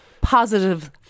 positive